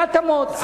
להתאמות.